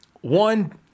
one